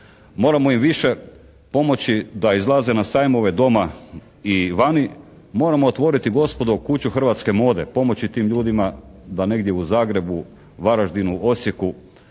moramo im više pomoći da izlaze na sajmove doma i vani, moramo otvoriti gospodo kuću hrvatske mode, pomoći tim ljudima da negdje u Zagrebu, Varaždinu, Osijeku